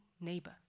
neighbor